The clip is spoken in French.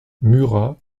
murat